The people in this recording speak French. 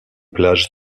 plage